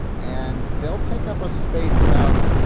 and they'll take up a space about.